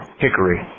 hickory